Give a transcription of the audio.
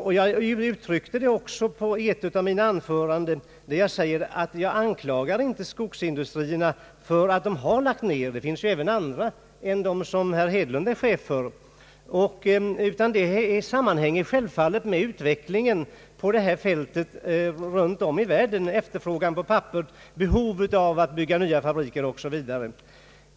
och jag uttryckte det även i ett av mina anföranden här i går, är att jag inte anklagar skogsindustrierna för att de lagt ner verksamhet. Det finns ju även andra än de som herr Hedlund är chef för. Nedläggningarna sammanhänger självfallet med utvecklingen på hela fältet runt om i världen, efterfrågan på papper, behovet av att bygga nya fabriker osv.